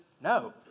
No